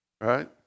right